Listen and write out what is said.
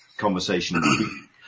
conversation